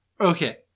Okay